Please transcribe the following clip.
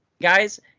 guys